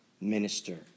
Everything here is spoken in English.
minister